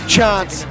Chance